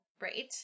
Right